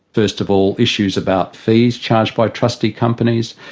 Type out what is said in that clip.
first of all, issues about fees charged by trustee companies,